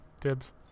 Dibs